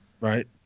right